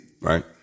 Right